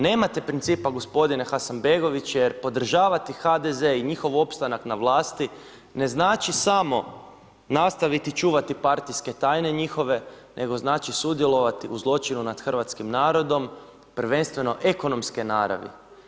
Nemate principa gospodine Hasanbegović, jer podržavati HDZ i njihov opstanak na vlasti ne znači samo nastaviti čuvati partijske tajne njihove nego znači sudjelovati u zločinu nad hrvatskim narodom prvenstveno ekonomske naravi.